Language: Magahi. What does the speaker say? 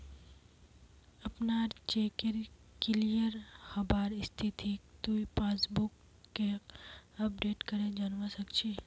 अपनार चेकेर क्लियर हबार स्थितिक तुइ पासबुकक अपडेट करे जानवा सक छी